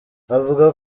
avuga